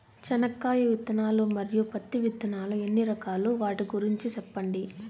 చెనక్కాయ విత్తనాలు, మరియు పత్తి విత్తనాలు ఎన్ని రకాలు వాటి గురించి సెప్పండి?